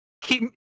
keep